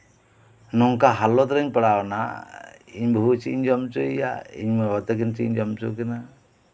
ᱱᱚᱝᱠᱟ ᱦᱟᱞᱚᱛ ᱨᱤᱧ ᱯᱟᱲᱟᱣᱱᱟ ᱤᱧ ᱵᱟᱹᱦᱩ ᱪᱮᱫ ᱤᱧ ᱡᱚᱢ ᱦᱚᱪᱚᱭᱮᱭᱟ ᱤᱧ ᱵᱟᱵᱟ ᱛᱟᱹᱠᱤᱱ ᱪᱮᱫ ᱤᱧ ᱡᱚᱢ ᱦᱚᱪᱚ ᱠᱤᱱᱟ